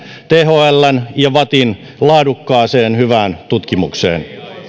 thln ja vattin laadukkaaseen hyvään tutkimukseen